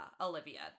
olivia